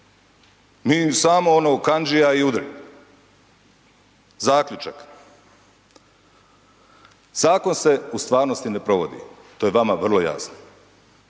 ih samo ono kandžija i udri. Zaključak. Zakon se u stvarnosti ne provodi. To je vama vrlo jasno.